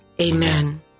Amen